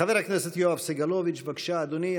חבר הכנסת יואב סגלוביץ', בבקשה, אדוני.